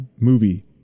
movie